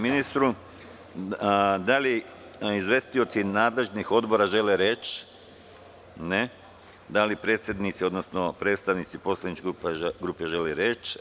Da li izvestioci nadležnih odbora žele reč? (Ne.) Da li predsednici, odnosno predstavnici poslaničkih grupa žele reč?